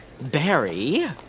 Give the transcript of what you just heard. Barry